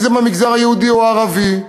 אם מהמגזר היהודי או הערבי,